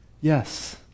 Yes